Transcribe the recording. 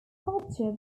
sculpture